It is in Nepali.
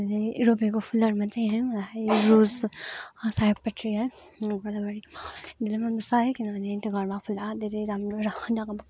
मैले रोपेको फुलहरूमा चाहिँ रोज सयपत्री गोदावरी धेरै मन पर्छ किनभने घरमा फुल्दा धेरै राम्रो र ढकमक